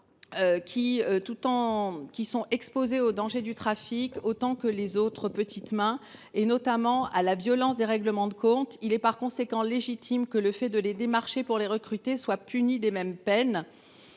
sont exposés aux dangers du trafic, notamment à la violence des règlements de compte. Il est par conséquent légitime que le fait de les démarcher pour les recruter soit puni des mêmes peines.